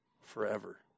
forever